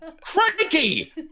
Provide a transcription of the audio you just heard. cranky